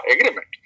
agreement